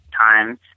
times